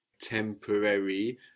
temporary